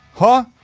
huh?